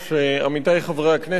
עמיתי חברי הכנסת,